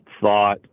thought